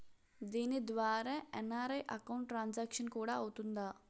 దీని ద్వారా NRI account transaction కూడా అవుతుందా?